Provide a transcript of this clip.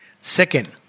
Second